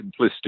simplistic